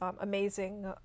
amazing